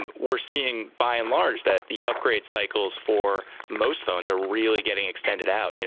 um we're seeing, by and large, that the upgrade cycles for most phones are really getting extended out. you know